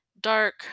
dark